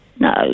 No